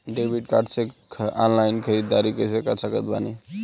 Debit card से online ख़रीदारी कैसे कर सकत बानी?